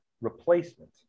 replacement